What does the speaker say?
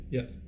Yes